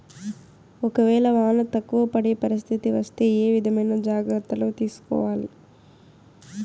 ఒక వేళ వాన తక్కువ పడే పరిస్థితి వస్తే ఏ విధమైన జాగ్రత్తలు తీసుకోవాలి?